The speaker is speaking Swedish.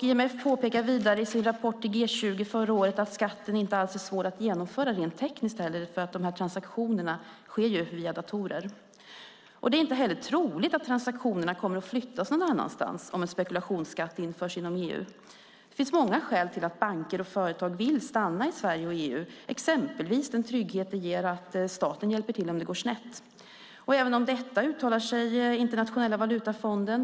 IMF påpekar vidare i sin rapport till G20 förra året att skatten inte heller är alls svår att genomföra rent tekniskt, eftersom transaktionerna sker via datorer. Det är inte troligt att transaktionerna kommer att flyttas någon annanstans om en spekulationsskatt införs inom EU. Det finns många skäl till att banker och företag vill stanna i Sverige och EU - exempelvis den trygghet det ger att staten hjälper till om det går snett. Även detta uttalar sig Internationella valutafonden om.